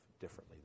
differently